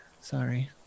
Sorry